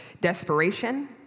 Desperation